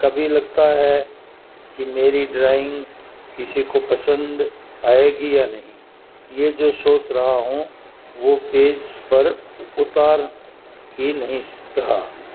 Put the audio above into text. کبھی لگتا ہے کہ میری ڈرائنگ کسی کو پسند آئے گی یا نہیں یہ جو سوچ رہا ہوں وہ پیج پر اتار ہی نہیں رہا